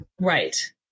Right